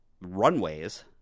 runways